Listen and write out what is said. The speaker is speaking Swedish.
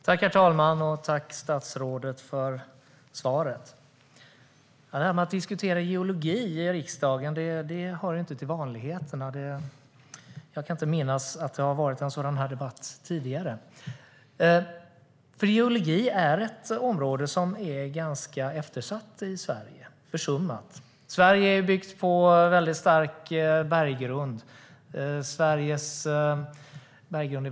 Herr talman! Tack, statsrådet, för svaret! Att diskutera geologi i riksdagen hör inte till vanligheterna. Jag kan inte minnas att det har varit en sådan debatt tidigare. Geologi är ett område som är ganska eftersatt och försummat i Sverige. Sverige är byggt på en väldigt stark och gammal berggrund.